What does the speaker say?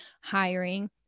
hiring